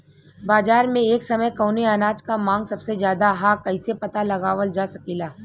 बाजार में एक समय कवने अनाज क मांग सबसे ज्यादा ह कइसे पता लगावल जा सकेला?